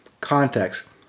context